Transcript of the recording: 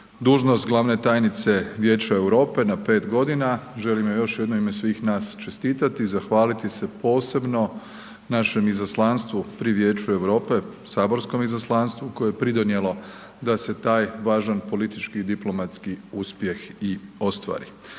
dužnost glavne tajnice Vijeća Europe na 5 godina. Želim joj još jednom u ime svih nas čestitati i zahvaliti se posebno našem izaslanstvu pri Vijeću Europe, saborskom izaslanstvu koje je pridonijelo da se taj važan politički i diplomatski uspjeh i ostvari.